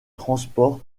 transport